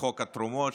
וחוק התרומות,